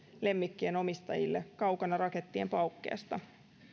lemmikkien omistajille kaukana rakettien paukkeesta